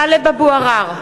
(קוראת בשמות חברי הכנסת) טלב אבו עראר,